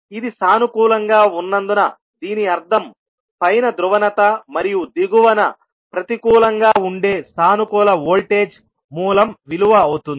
ఇది సానుకూలంగా ఉన్నందున దీని అర్థం పైన ధ్రువణత మరియు దిగువన ప్రతికూలంగా ఉండే సానుకూల వోల్టేజ్ మూలం విలువ అవుతుంది